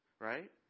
Right